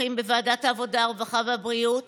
בוועדת העבודה, הרווחה והבריאות